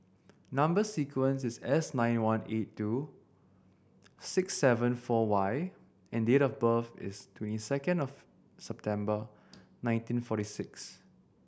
number sequence is S nine one eight two six seven four Y and date of birth is twenty second of September nineteen forty six